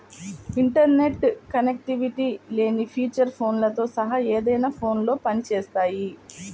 internet connectivity లేని feature ఫోన్లతో సహా ఏదైనా ఫోన్లో పని చేస్తాయి